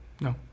no